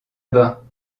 bas